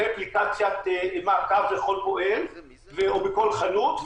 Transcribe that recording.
אפליקציית מעקב לכל פועל או בכל חנות,